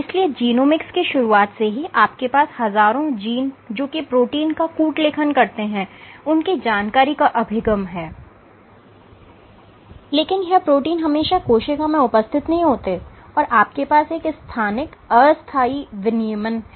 इसलिए जिनोमिक्स की शुरुआत से ही आपके पास हजारों जीन जो कि प्रोटीन का कूट लेखन करते हैं उनकी जानकारी का अभिगम हैलेकिन यह प्रोटीन हमेशा कोशिका में उपस्थित नहीं होते हैं और आपके पास एक स्थानिक अस्थायी विनियमन है